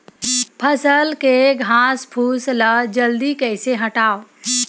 फसल के घासफुस ल जल्दी कइसे हटाव?